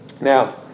Now